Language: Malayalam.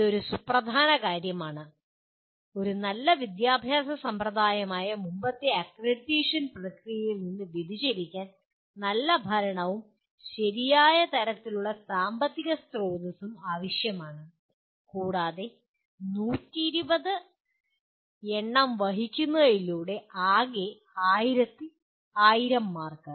ഇത് ഒരു സുപ്രധാന കാര്യമാണ് ഒരു നല്ല വിദ്യാഭ്യാസ സമ്പ്രദായമായ മുമ്പത്തെ അക്രഡിറ്റേഷൻ പ്രക്രിയയിൽ നിന്ന് വ്യതിചലിക്കാൻ നല്ല ഭരണവും ശരിയായ തരത്തിലുള്ള സാമ്പത്തിക സ്രോതസ്സുകളും ആവശ്യമാണ് കൂടാതെ 120 എണ്ണം വഹിക്കുന്നതിലൂടെ ആകെ 1000 മാർക്ക്